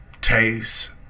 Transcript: taste